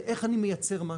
לאיך אני מייצר משהו?